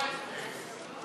115 116 נתקבלו.